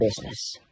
business